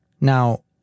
Now